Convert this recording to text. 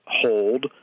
hold